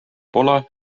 pole